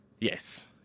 Yes